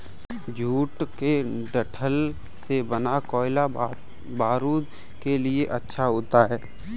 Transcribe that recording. jute के डंठल से बना कोयला बारूद के लिए अच्छा होता है